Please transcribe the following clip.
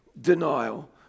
denial